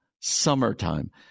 Summertime